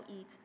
eat